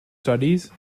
studies